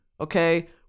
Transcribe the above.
okay